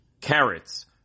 Carrots